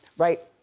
right?